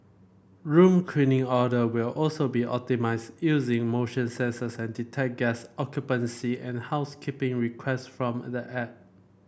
room cleaning order will also be optimised using motion sensor that detect guest occupancy and housekeeping requests from the app